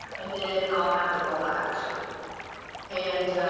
and then i'll have the call to action and